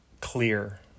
clear